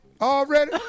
already